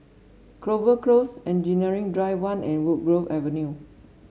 Clover Close Engineering Drive One and Woodgrove Avenue